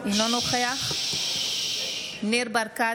אינו נוכח ניר ברקת,